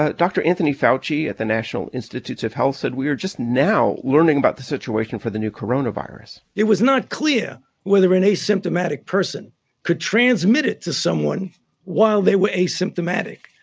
ah dr. anthony fauci at the national institutes of health said we are just now learning about the situation for the new coronavirus it was not clear whether an asymptomatic person could transmit it to someone while they were asymptomatic.